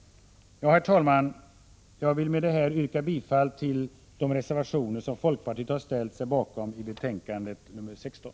Herr talman! Jag vill med detta yrka bifall till de reservationer som folkpartiet har ställt sig bakom i betänkande nr 16.